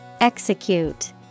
Execute